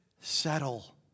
settle